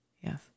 Yes